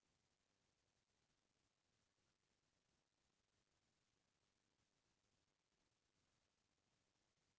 किसान मन आज के समे म अपन खेत खार म रंग रंग के फसल ले बर भीड़ गए हें